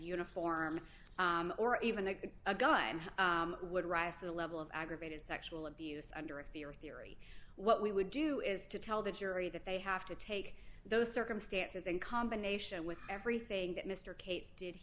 uniform or even a guy would rise to the level of aggravated sexual abuse under a fear theory what we would do is to tell the jury that they have to take those circumstances in combination with everything that mr cates did